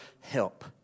help